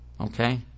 Okay